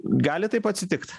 gali taip atsitikt